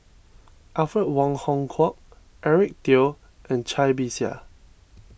Alfred Wong Hong Kwok Eric Teo and Cai Bixia